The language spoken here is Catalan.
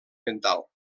mental